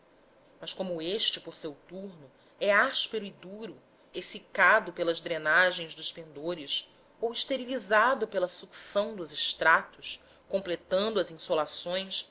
mas como este por seu turno é áspero e duro exsicado pelas drenagens dos pendores ou esterilizado pela sucção dos estratos completando as insolações